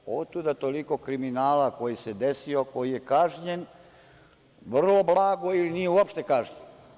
Otuda toliko kriminala koji se desio, koji je kažnjen vrlo blago ili nije uopšte kažnjen.